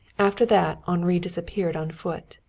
after that henri disappeared on foot.